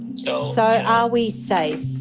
so so are we safe?